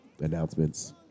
announcements